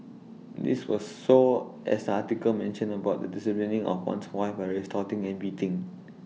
this was so as article mentioned about the disciplining of one's wife by resorting and beating